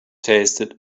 tasted